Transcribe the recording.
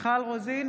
בעד שמחה רוטמן,